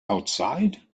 outside